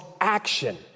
action